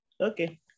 Okay